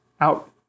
out